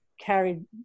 carried